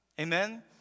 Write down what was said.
Amen